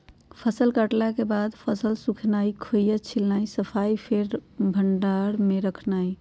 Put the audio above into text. फसल कटला के बाद फसल सुखेनाई, खोइया छिलनाइ, सफाइ, फेर भण्डार में रखनाइ